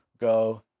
go